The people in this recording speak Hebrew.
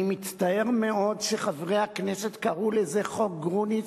אני מצטער מאוד שחברי הכנסת קראו לזה חוק גרוניס,